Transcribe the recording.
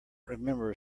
remember